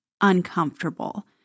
uncomfortable